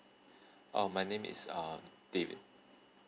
um my name is um david